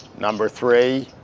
number three,